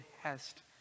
Hest